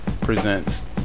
presents